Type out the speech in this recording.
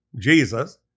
Jesus